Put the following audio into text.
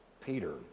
Peter